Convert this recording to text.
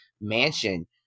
mansion